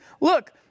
look